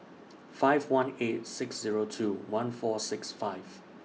five one eight six Zero two one four six five